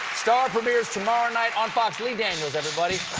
star premieres tomorrow night on fox. lee daniels, everybody!